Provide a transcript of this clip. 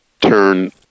turn